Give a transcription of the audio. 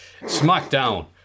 Smackdown